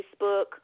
Facebook